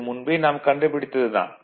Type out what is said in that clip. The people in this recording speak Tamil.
இது முன்பே நாம் கண்டுபிடித்தது தான்